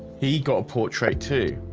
he got a portrait too